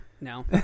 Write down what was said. No